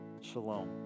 shalom